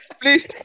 please